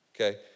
okay